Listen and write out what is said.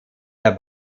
der